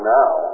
now